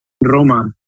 Roma